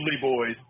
boys